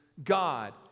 God